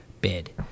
bid